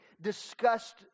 discussed